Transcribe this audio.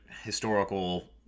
historical